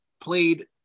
played